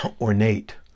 ornate